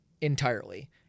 entirely